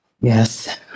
Yes